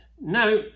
Now